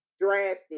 drastic